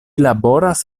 laboras